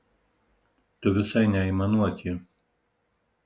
tu visai neaimanuoki